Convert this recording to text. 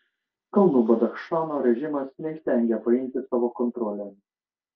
kalnų badachšano režimas neįstengia paimti savo kontrolėn